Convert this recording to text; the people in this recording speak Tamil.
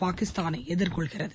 பாகிஸ்தானை எதிர்கொள்கிறது